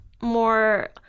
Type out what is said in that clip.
more